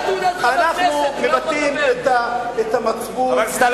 אנחנו מבטאים את המצפון, את המוסר,